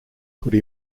could